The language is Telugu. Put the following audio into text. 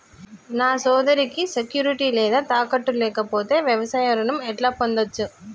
నా సోదరికి సెక్యూరిటీ లేదా తాకట్టు లేకపోతే వ్యవసాయ రుణం ఎట్లా పొందచ్చు?